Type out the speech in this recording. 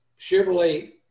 Chevrolet